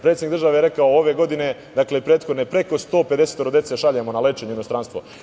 Predsednik države je rekao ove godine, dakle prethodne preko 150 dece šaljemo na lečenje u inostranstvo.